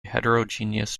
heterogeneous